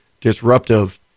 disruptive